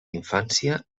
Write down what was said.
infància